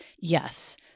Yes